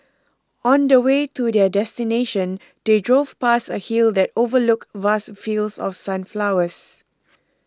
on the way to their destination they drove past a hill that overlooked vast fields of sunflowers